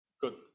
Good